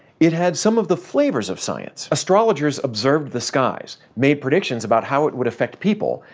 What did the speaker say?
it had some of the flavors of science astrologers observed the skies, made predictions about how it would affect people,